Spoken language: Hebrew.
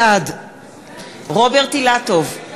בעד רוברט אילטוב,